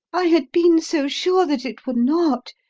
i had been so sure that it would not,